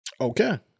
okay